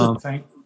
Thank